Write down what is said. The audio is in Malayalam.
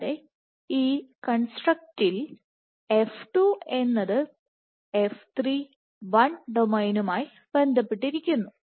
കൂടാതെ ഈ കൺസ്ട്രക്ടറ്റിൽ f2 എന്നത് 1ഡൊമെയ്നുമായി ബന്ധപ്പെട്ടിരിക്കുന്നു